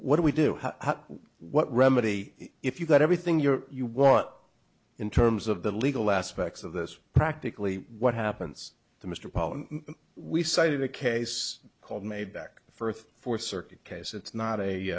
what do we do what remedy if you've got everything your you want in terms of the legal aspects of this practically what happens to mr pollock we cited a case called made back firth for circuit case it's not